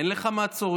אין לך מעצורים,